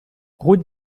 route